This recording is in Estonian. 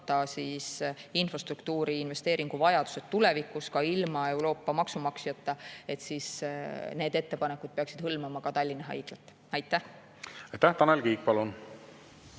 infrastruktuuri investeeringuvajadused ka ilma Euroopa maksumaksjata, siis need ettepanekud peaksid hõlmama ka Tallinna Haiglat. Aitäh!